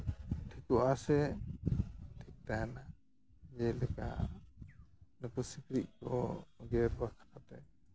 ᱴᱷᱤᱠᱚᱜ ᱟᱥᱮ ᱴᱷᱤᱠ ᱛᱟᱦᱮᱱᱟ ᱡᱮᱞᱮᱠᱟ ᱱᱩᱠᱩ ᱥᱤᱠᱲᱤᱡ ᱠᱚ ᱜᱮᱨ ᱵᱟᱠᱷᱨᱟ ᱛᱮ